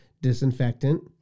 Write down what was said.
disinfectant